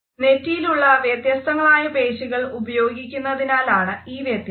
നെറ്റിയിലുള്ള വ്യത്യസ്തങ്ങളായ പേശികൾ ഉപയോഗിക്കുന്നതിനാലാണ് ഈ വ്യത്യാസം